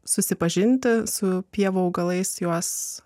susipažinti su pievų augalais juos